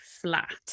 flat